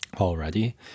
already